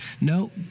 No